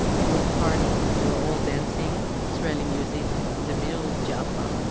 it was party, we were all dancing, israeli music, in the middle of jaffa